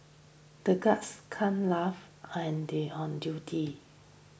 the guards can't laugh on duty